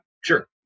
sure